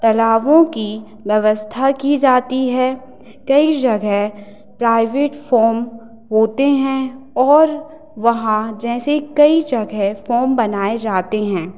तालाबों की व्यवस्था की जाती है कई जगह प्राइवेट फॉर्म होते हैं और वहाँ जैसे कई जगह फॉर्म बनाए जाते हैं